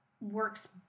works